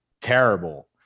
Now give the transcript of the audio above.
terrible